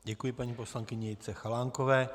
Děkuji paní poslankyni Jitce Chalánkové.